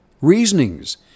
Reasonings